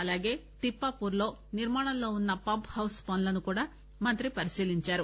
అలాగే తిప్పాపూర్ లో నిర్మాణంలో ఉన్న పంప్ హౌస్ పనులను కూడా మంత్రి పరిశీలించారు